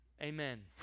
Amen